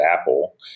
Apple